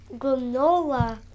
granola